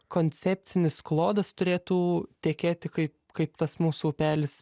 koncepcinis klodas turėtų tekėti kaip kaip tas mūsų upelis